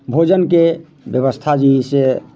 भोजनके व्यवस्था जे अइ से